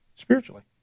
Spiritually